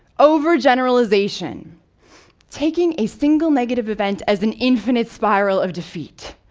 overgeneralization taking a single negative event as an infinite spiral of defeat.